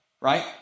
right